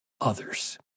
others